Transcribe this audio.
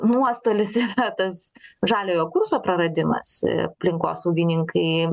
nuostolis yra tas žaliojo kurso praradimas aplinkosaugininkai